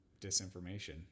disinformation